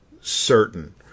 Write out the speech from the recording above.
certain